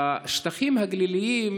בשטחים הגליליים,